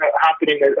happening